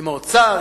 עם האוצר,